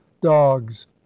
dogs